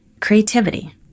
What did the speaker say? creativity